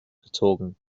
gezogen